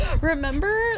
Remember